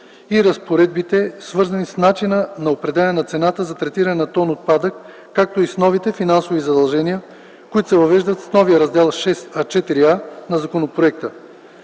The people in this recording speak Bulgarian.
и разпоредбите, свързани с начина на определяне на цената за третиране на тон отпадък, както и с новите финансови задължения, които се въвеждат с новия Раздел ІVа на законопроекта.